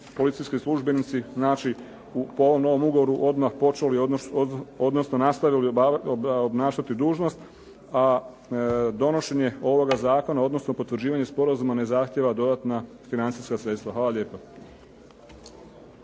policijski službenici znači po ovom novom ugovoru odmah počeli, odnosno nastavili obnašati dužnost, a donošenje ovoga zakona, odnosno potvrđivanje sporazuma ne zahtijeva dodatna financijska sredstva. Hvala lijepa.